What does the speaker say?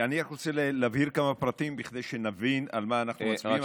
אני רק רוצה להבהיר כמה פרטים כדי שנבין על מה אנחנו מצביעים.